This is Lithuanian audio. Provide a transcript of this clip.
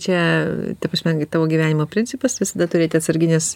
čia ta prasme tavo gyvenimo principas visada turėti atsargines